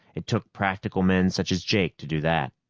it took practical men such as jake to do that.